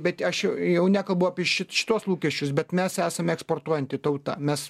bet aš jau jau nekalbu apie šit šituos lūkesčius bet mes esame eksportuojanti tauta mes